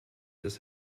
das